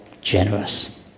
generous